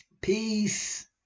Peace